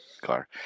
car